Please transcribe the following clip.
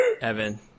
Evan